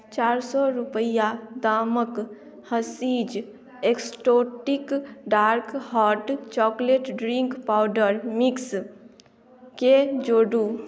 चारि सए रूपैआ दामक Hershey's exotic dark hot chocolate drink powder मिक्सकेँ जोड़ू